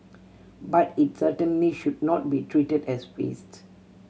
but it certainly should not be treated as waste